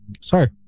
sorry